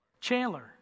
Chandler